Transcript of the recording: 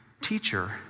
Teacher